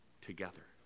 together